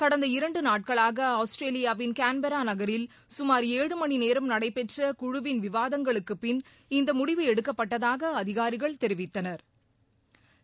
கடந்த இரண்டு நாட்களாக ஆஸ்திரேலியாவின் கான்பெர்ரா நகில் கமார் ஏழு மணி நேரம் நடைபெற்ற குழுவின் விவாதங்களுக்குப் பின் இந்த முடிவு எடுக்கப்பட்டதாக அதிகாரிகள் தெரிவித்தனா்